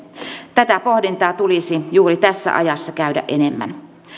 tätä pohdintaa tulisi juuri tässä ajassa käydä enemmän